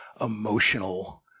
emotional